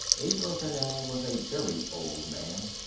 abravanel was a very old man.